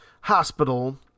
hospital